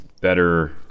better